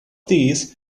these